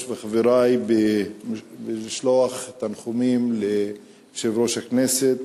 ולחברי במשלוח תנחומים ליושב-ראש הכנסת.